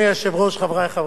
חברי חברי הכנסת,